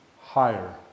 higher